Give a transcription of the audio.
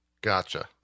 gotcha